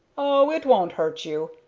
oh, it won't hurt you.